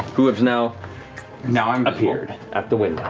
who has now now um appeared at the window.